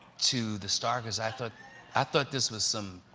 to the star because i thought i thought this was some,